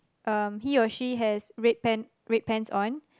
um he or she has red pant red pants on